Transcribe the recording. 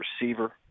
receiver